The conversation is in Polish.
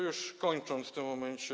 Już kończąc w tym momencie.